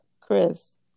Chris